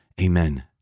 Amen